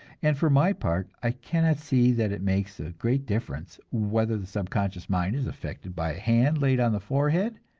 and for my part i cannot see that it makes a great difference whether the subconscious mind is affected by a hand laid on the forehead,